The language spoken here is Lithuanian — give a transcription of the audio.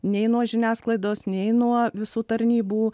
nei nuo žiniasklaidos nei nuo visų tarnybų